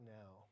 now